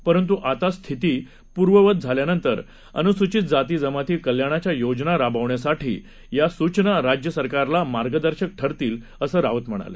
परंतुआतास्थितीपूर्ववतझाल्यानंतरअनुसूचितजातीजमातीकल्याणाच्यायोजनाराबवण्यासाठीयासूचनाराज्यसरकारलामार्गदर्शकठरतील असंराऊतम्हणाले